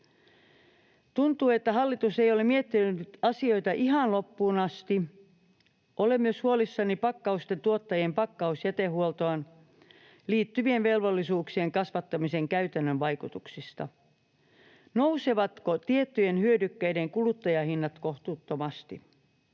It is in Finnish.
Tuntuu, että hallitus ei ole miettinyt asioita ihan loppuun asti. Olen myös huolissani pakkausten tuottajien pakkausjätehuoltoon liittyvien velvollisuuksien kasvattamisen käytännön vaikutuksista. Nousevatko tiettyjen hyödykkeiden kuluttajahinnat kohtuuttomasti?